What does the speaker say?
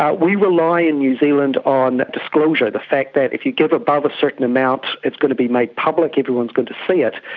we rely in new zealand on disclosure, the fact that if you give above a certain amount it's got to be made public, everyone is going to see it,